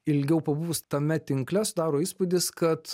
ilgiau pabuvus tame tinkle susidaro įspūdis kad